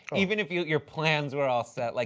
even if your your plans are all said. like